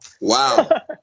Wow